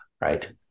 right